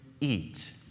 eat